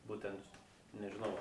būtent nežinau